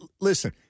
listen